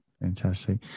Fantastic